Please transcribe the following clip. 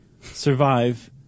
survive